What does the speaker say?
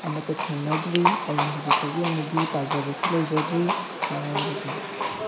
ꯑꯃꯇ ꯊꯦꯡꯅꯗ꯭ꯔꯤ ꯑꯩꯅ ꯍꯧꯖꯤꯛ ꯐꯥꯎꯒꯤ ꯑꯣꯏꯅꯗꯤ ꯄꯥꯖꯕꯁꯨ ꯂꯩꯖꯗ꯭ꯔꯤ ꯁꯤ ꯍꯥꯏꯔꯒ ꯂꯣꯏꯁꯤꯟꯖꯔꯦ